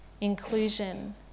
inclusion